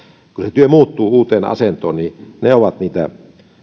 työ muuttuu uuteen asentoon niin ne ovat niitä